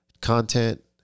content